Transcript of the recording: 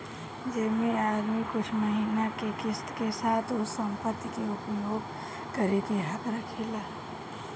जेमे आदमी कुछ महिना के किस्त के साथ उ संपत्ति के उपयोग करे के हक रखेला